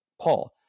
Paul